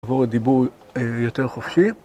עבור הדיבור יותר חופשי